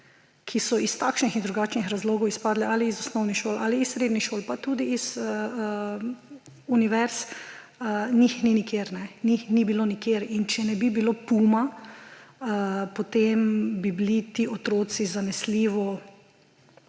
ki so iz takšnih in drugačnih razlogov izpadli ali iz osnovne šole, ali iz srednjih šol in tudi z univerz, njih ni nikjer. Njih ni bilo nikjer. In če ne bi bilo PUM-O, potem bi bili ti otroci zanesljivo